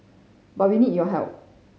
but we need your help